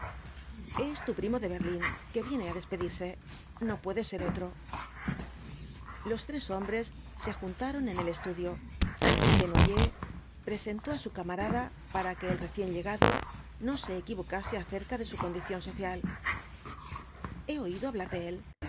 es tu primo de berlín que viene á despedirse no puede ser otro los tres hombres se juntaron en el estudio desno yers presentó á su camarada para que el recién llegado no se equivocase acerca de su condición social he oído hablar de él